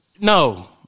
No